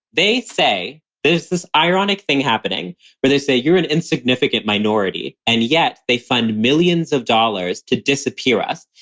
they say, there's this ironic thing happening where they say you're an insignificant minority and yet they find millions of dollars to disappear us.